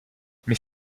mais